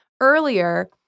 earlier